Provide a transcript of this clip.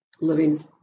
living